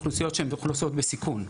שהן קבוצות לאוכלוסיות בסיכון.